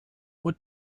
what